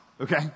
okay